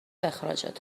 اخراجت